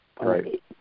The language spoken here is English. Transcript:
Right